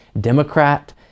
Democrat